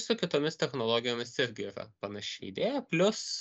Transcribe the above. su kitomis technologijomis irgi yra panaši idėja plius